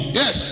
yes